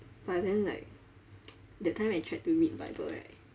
but then like that time I tried to read bible right